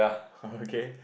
okay